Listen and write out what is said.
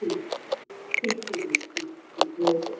ठीक ठीक ठीक मैम ठीक है नमस्ते